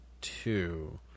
two